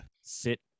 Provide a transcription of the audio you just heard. sit